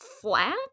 flat